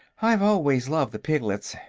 i've always loved the piglets,